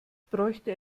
bräuchte